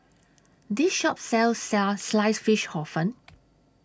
This Shop sells Sliced Fish Hor Fun